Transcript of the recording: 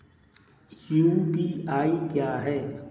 UPI क्या है?